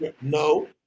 no